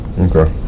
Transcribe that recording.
Okay